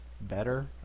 better